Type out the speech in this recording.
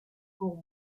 pour